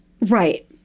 Right